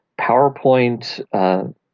PowerPoint